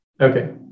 Okay